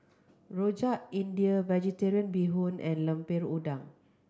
Rojak India Vegetarian Bee Hoon and Lemper Udang